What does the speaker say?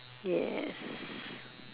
yes